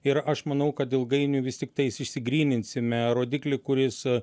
ir aš manau kad ilgainiui vis tiktais išsigryninsime rodiklį kuris